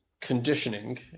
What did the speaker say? conditioning